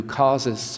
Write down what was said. causes